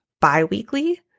bi-weekly